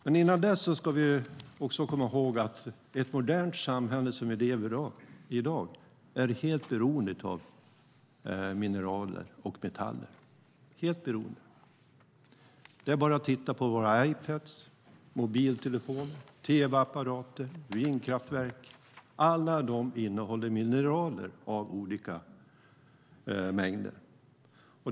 Men innan dess ska vi komma ihåg att ett modernt samhälle som det vi i dag lever i är helt beroende av mineraler och metaller. Det är bara att titta på våra Ipadar, mobiltelefoner, tv-apparater och vindkraftverk. Alla dessa innehåller mineraler i olika mängder.